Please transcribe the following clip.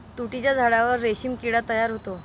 तुतीच्या झाडावर रेशीम किडा तयार होतो